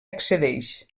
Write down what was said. accedeix